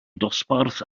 dosbarth